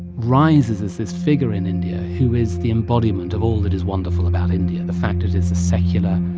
rises as this figure in india who is the embodiment of all that is wonderful about india the fact it is a secular,